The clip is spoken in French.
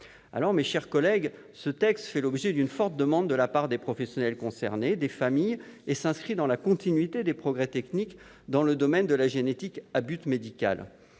santé. Mes chers collègues, ce texte répond à une forte demande de la part des professionnels concernés et des familles, et il s'inscrit dans la continuité des progrès techniques accomplis dans le domaine de la génétique à but médical.